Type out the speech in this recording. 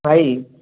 ଭାଇ